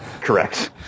correct